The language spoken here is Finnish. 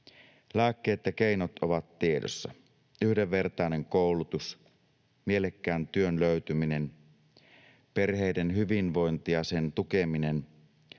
Lääkkeet ja keinot ovat tiedossa: yhdenvertainen koulutus, mielekkään työn löytyminen, perheiden hyvinvointi ja sen tukeminen,